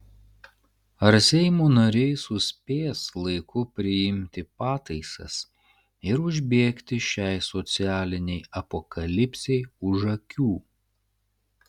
ar seimo nariai suspės laiku priimti pataisas ir užbėgti šiai socialinei apokalipsei už akių